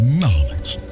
knowledge